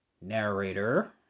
narrator